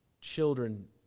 children